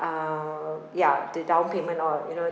uh ya the down payment or you know